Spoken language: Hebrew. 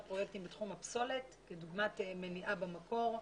פרויקטים בתחום הפסולת כדוגמת מניעה במקור,